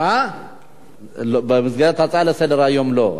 במסגרת הצעה לסדר-היום, לא.